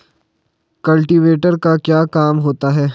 Cultivator का क्या काम होता है?